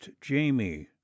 Jamie